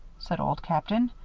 said old captain.